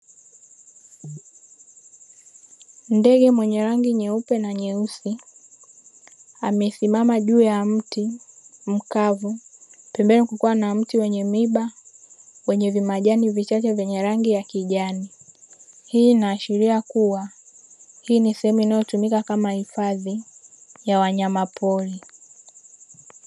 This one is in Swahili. Ndege mwenye rangi nyeupe na nyeusi amesimama juu ya mti mkavu pembeni kukiwa na mti wenye miba wenye vimajani vichache vyenye rangi ya kijani, hii inaashiria kuwa hii ni sehemu inayotumika kama hifadhi ya wanyamapori.